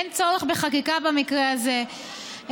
אין צורך בחקיקה במקרה הזה,